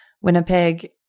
Winnipeg